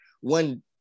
one